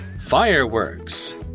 Fireworks